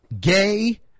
gay